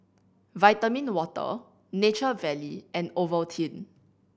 Vitamin Water Nature Valley and Ovaltine